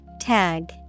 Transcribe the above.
Tag